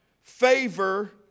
favor